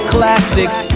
Classics